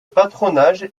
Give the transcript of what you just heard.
patronage